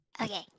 Okay